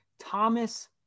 Thomas